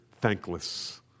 thankless